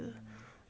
mm